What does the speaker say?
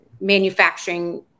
manufacturing